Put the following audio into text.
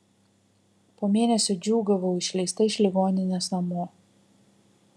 po mėnesio džiūgavau išleista iš ligoninės namo